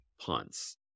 punts